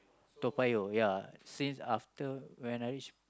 Toa-Payoh ya since after when I reach